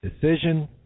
Decision